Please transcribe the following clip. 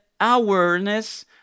awareness